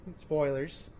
spoilers